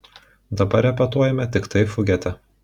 dabar repetuojame tiktai fugetę